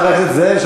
חבר הכנסת זאב,